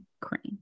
Crane